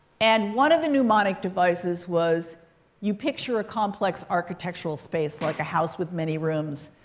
and one of the mnemonic devices was you picture a complex architectural space, like a house with many rooms.